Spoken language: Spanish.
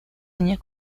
años